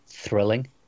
thrilling